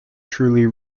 truly